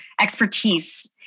expertise